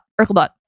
Urkelbot